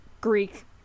Greek